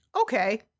Okay